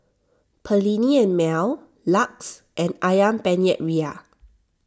Perllini and Mel Lux and Ayam Penyet Ria